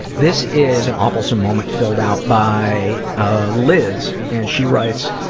and this is an awfulsome moment filled out by ah liz and she writes,